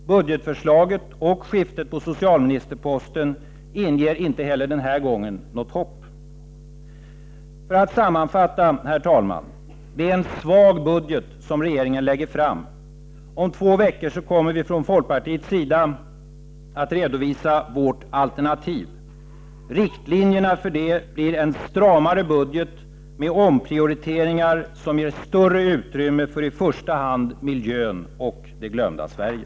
Budgetförslaget — och skiftet på socialministerposten — inger inte heller denna gång något hopp. För att sammanfatta, herr talman, är det en svag budget regeringen lägger fram. Om två veckor kommer vi från folkpartiets sida att redovisa vårt alternativ. Riktlinjerna för detta blir en stramare budget med omprioriteringar som ger större utrymme för i första hand miljön och det glömda Sverige.